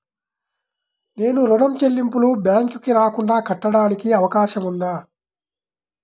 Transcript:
నేను ఋణం చెల్లింపులు బ్యాంకుకి రాకుండా కట్టడానికి అవకాశం ఉందా?